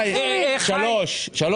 הדרוזי לא מקבל שקל אחד על בינוי כיתות ועל